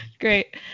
Great